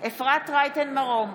אפרת רייטן מרום,